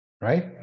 right